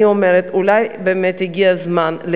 ואני אומרת, כל